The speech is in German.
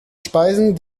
speisen